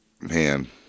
Man